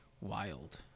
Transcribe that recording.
wild